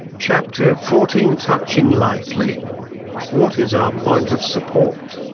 chapter fourteen touching lightly what is our point of support?